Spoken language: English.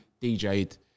DJed